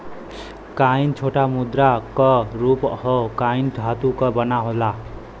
coin छोटा मुद्रा क रूप हौ कॉइन धातु क बना होला